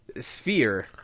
Sphere